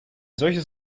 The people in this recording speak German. solches